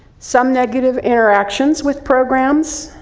some negative interactions with programs.